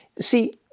See